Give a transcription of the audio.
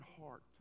heart